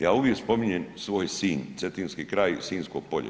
Ja uvijek spominjem svoj Sinj, cetinski kraj i Sinjsko polje.